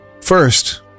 First